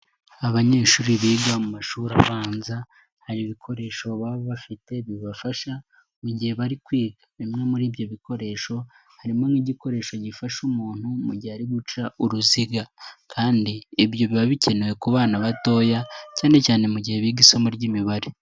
Abanyeshuri biga mu mashuri abanza hari ibikoresho baba bafite bibafasha mu gihe bari kwiga, bimwe muri ibyo bikoresho harimo nk'igikoresho bifasha umuntu mu gihe ari guca uruziga kandi ibyo biba bikenewe ku bana batoya cyane cyane mu gihe biga isomo ry'imibare.